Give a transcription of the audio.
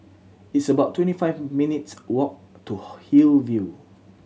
it's about twenty five minutes' walk to Hillview